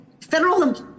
federal